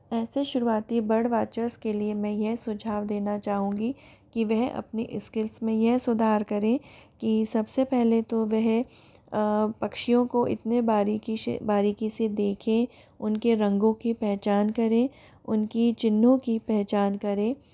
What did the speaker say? ऐसे शुरुवाती bird watchers के लिए मैं यह सुझाव देना चाहूँगी कि वह अपने इस्किल्स में यह सुधार करें कि सबसे पहले तो वह पक्षियों को इतनी बारीकी शे बारीकी से देखें उनके रंगों की पहचान करें उनकी चिन्हों की पहचान करें